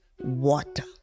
water